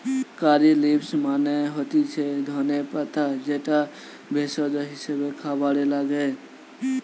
কারী leaves মানে হতিছে ধনে পাতা যেটা ভেষজ হিসেবে খাবারে লাগে